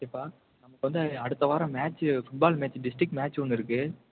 ஓகேப்பா நமக்கு வந்து அடுத்த வாரம் match football match district match ஒன்று இருக்குது